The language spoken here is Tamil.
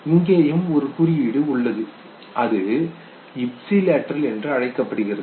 இங்கேயும் ஒரு குறியீடு உள்ளது அது இப்சிலேட்ரல் என்று அழைக்கப்படுகிறது